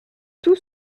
tout